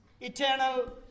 eternal